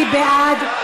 מי בעד?